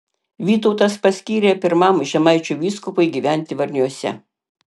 vytautas paskyrė pirmam žemaičių vyskupui gyventi varniuose